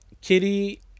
Kitty